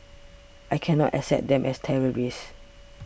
I cannot accept them as terrorists